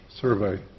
survey